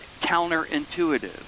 counterintuitive